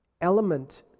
element